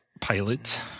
pilot